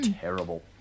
terrible